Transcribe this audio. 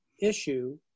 issue